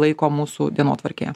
laiko mūsų dienotvarkėje